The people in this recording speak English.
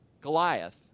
Goliath